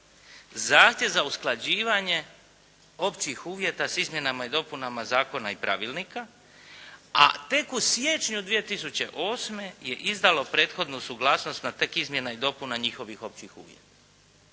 zahtjev za usklađivanje općih uvjeta s izmjenama i dopunama zakona i pravilnika, a tek u siječnju 2008. je izdalo prethodnu suglasnost na tek izmjena i dopuna njihovih općih uvjeta.